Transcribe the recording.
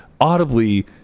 audibly